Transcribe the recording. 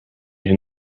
hier